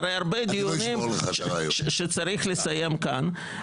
אחרי הרבה דיונים שצריך לסיים כאן,